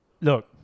Look